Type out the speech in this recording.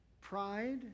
pride